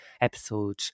episode